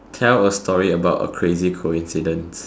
tell a story about a crazy coincidence